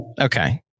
Okay